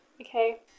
okay